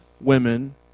women